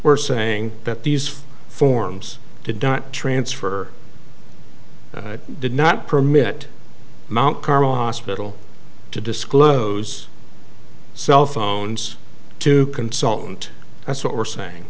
we're saying that these forms did not transfer did not permit mt carmel hospital to disclose cell phones to consultant that's what we're saying